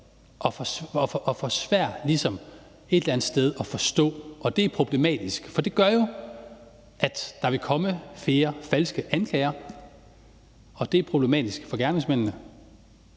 for svært ligesom at forstå, og det er problematisk. For det gør jo, at der vil komme flere falske anklager, og det er problematisk for gerningsmændene.